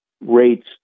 rates